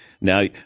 now